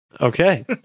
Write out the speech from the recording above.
okay